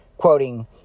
Quoting